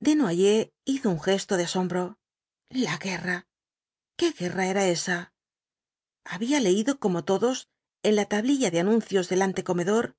desnoyers hizo un gesto de asombro la guerra qué guerra era esa había leído como todos en la tablilla de anuncios del antecomedor